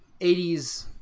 80s